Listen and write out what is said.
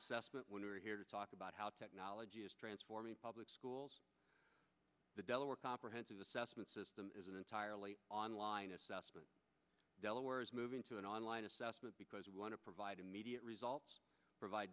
assessment when you're here to talk about how technology is transforming public schools the delaware comprehensive assessment system is an entirely online assessment delaware's moving to an on line assessment because we want to provide immediate results provide